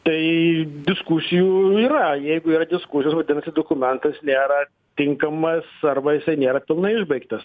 tai diskusijų yra jeigu yra diskusijos vadinasi dokumentas nėra tinkamas arba jisai nėra pilnai išbaigtas